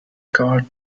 card